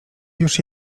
już